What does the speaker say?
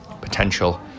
potential